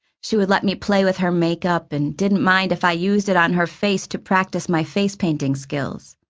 she would let me play with her makeup and didn't mind if i used it on her face to practice my face-painting skills.